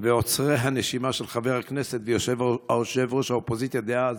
ועוצרי הנשימה של חבר הכנסת ויושב-ראש האופוזיציה דאז